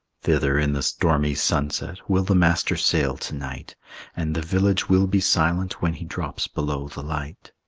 thither in the stormy sunset will the master sail to-night and the village will be silent when he drops below the light.